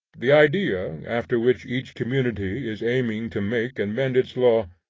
the idea after which each community is aiming to make and mend its law,